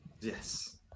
Yes